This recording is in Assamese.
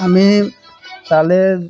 আমি তালৈ